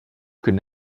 could